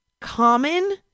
common